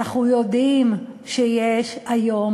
ואנחנו יודעים שיש היום,